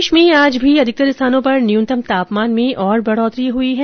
प्रदेश में आज भी अधिकतर स्थानों पर न्यूनतम तापमान में और बढ़ोतरी हुई है